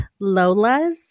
Lolas